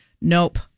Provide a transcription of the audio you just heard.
nope